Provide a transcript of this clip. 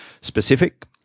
specific